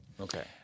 Okay